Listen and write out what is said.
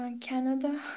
Canada